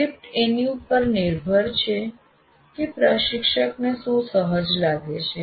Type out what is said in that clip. script એની પર નિર્ભર છે કે પ્રશિક્ષકને શું સહજ લાગે છે